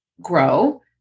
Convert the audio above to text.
grow